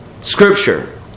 Scripture